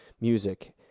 music